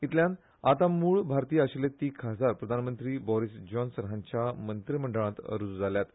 इतल्यान आतां मूळ भारतीय आशिल्ले तीग खासदार प्रधानमंत्री बॉरीस जॉन्सन हांच्या मंत्रीमंडळांत रुजू जाल्यात